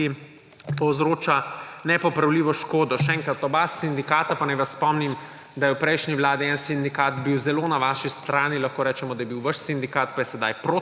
povzroča nepopravljivo škodo. Še enkrat, v obeh sindikatih – pa naj vas spomnim, da je v prejšnji vladi en sindikat bil zelo na vaši strani, lahko rečemo, da je bil vaš sindikat, pa je sedaj proti vam,